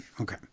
Okay